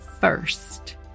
first